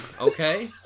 okay